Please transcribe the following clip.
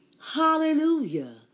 Hallelujah